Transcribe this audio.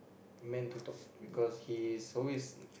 meant to talk because he is always